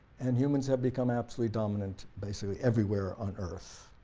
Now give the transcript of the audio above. and humans have become absolutely dominant basically everywhere on earth.